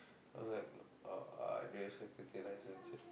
I was like uh I don't have security licence yet